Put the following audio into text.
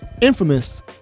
infamous